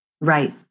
right